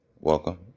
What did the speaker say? welcome